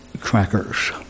crackers